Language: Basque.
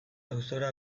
auzora